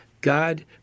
God